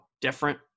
different